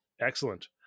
Excellent